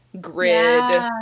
grid